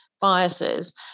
biases